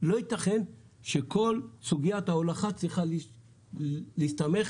שכל סוגיית ההולכה צריכה להסתמך